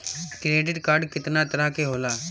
Credit card कितना तरह के होला?